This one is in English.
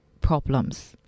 problems